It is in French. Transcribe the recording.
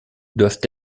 doivent